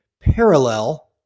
parallel